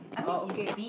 oh okay